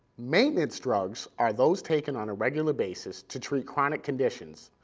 maintenance drugs are those taken on a regular basis to treat chronic conditions,